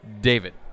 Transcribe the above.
David